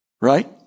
Right